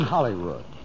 Hollywood